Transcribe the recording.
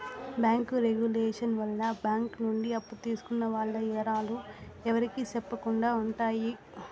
bank regulation వల్ల bank నుండి అప్పు తీసుకున్న వాల్ల ఇవరాలు ఎవరికి సెప్పకుండా ఉంటాయి